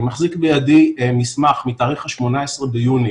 אני מחזיק בידי מסמך מתאריך ה-18 ביוני